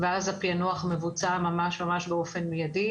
ואז הפענוח מבוצע ממש באופן מיידי,